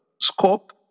scope